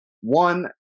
one